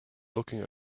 looking